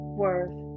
worth